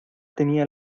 tenía